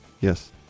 Yes